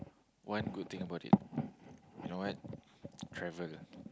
one good thing about it you know what travel